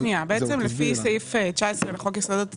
אני אסביר לפי סעיף 19 לחוק יסודות התקציב,